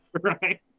right